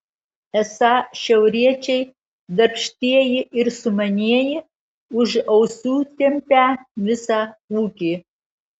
esą šiauriečiai darbštieji ir sumanieji už ausų tempią visą ūkį